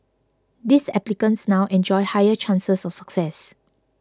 these applicants now enjoy higher chances of success